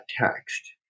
text